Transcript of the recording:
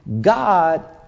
God